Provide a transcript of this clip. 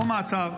לא מעצר,